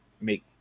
make